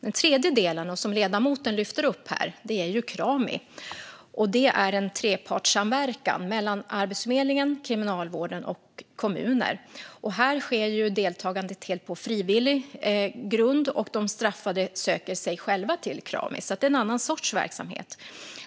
Den tredje delen, och den som ledamoten lyfter upp, är Krami. Det är en trepartssamverkan mellan Arbetsförmedlingen, kriminalvården och kommunerna. Här sker deltagandet helt på frivillig grund, och de straffade söker sig själva hit. Det är alltså en annan sorts verksamhet.